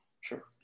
sure